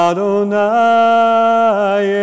Adonai